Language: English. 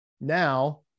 now